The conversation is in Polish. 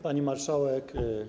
Pani Marszałek!